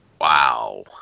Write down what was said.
Wow